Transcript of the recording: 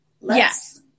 yes